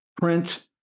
print